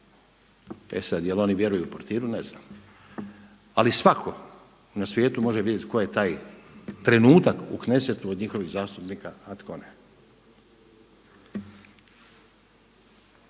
E sada je li oni vjeruju portiru, ne znam. Ali svatko na svijetu može vidjeti tko je taj trenutak u Knessetu od njihovih zastupnika a tko ne.